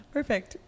Perfect